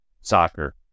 soccer